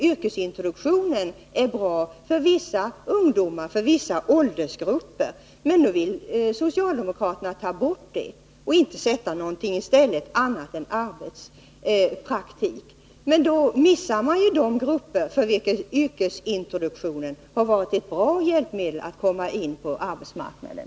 Yrkesintroduktionen är bra för vissa åldersgrupper, men nu vill socialdemokraterna ta bort den utan att sätta något annat i stället utom arbetspraktik. Men då missar man de grupper för vilka yrkesintroduktionen har varit ett bra hjälpmedel att komma in på arbetsmarknaden.